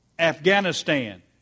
afghanistan